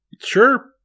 sure